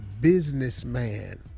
businessman